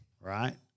right